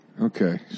Okay